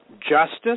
Justice